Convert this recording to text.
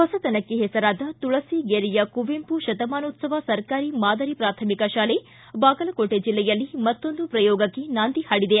ಹೊಸತನಕ್ಕೆ ಹೆಸರಾದ ತುಳಸಿಗೇರಿಯ ಕುವೆಂಪು ಶತಮಾನೋತ್ಲವ ಸರಕಾರಿ ಮಾದರಿ ಪ್ರಾಥಮಿಕ ಶಾಲೆ ಬಾಗಲಕೋಟ ಜಿಲ್ಲೆಯಲ್ಲಿ ಮತ್ತೊಂದು ಹೊಸತನಕ್ಕೆ ನಾಂದಿ ಹಾಡಿದೆ